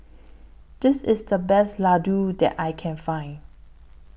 This IS The Best Ladoo that I Can Find